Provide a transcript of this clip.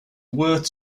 worth